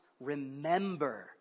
remember